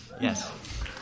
Yes